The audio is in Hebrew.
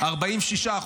46%,